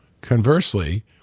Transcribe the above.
Conversely